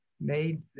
made